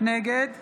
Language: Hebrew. נגד